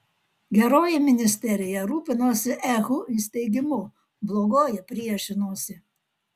geroji ministerija rūpinosi ehu įsteigimu blogoji priešinosi